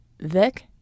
Vic